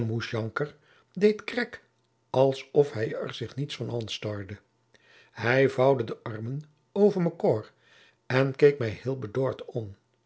deed krek als of hij er zich niet aan stoârde hij vouwde de armen over mekoâr en keek mij heel bedoârd an